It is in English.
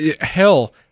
Hell